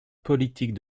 politique